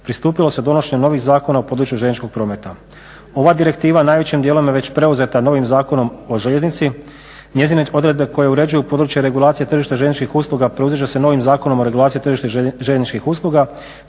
pristupilo se donošenjem novih zakona u području željezničkog prometa. Ova direktiva najvećim dijelom je već preuzeta novim Zakonom o željeznici. Njezine odredbe koje uređuju područje regulacije tržišta željezničkih usluga preuzet će se novim Zakonom o regulaciji tržišta željezničkih usluga